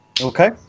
Okay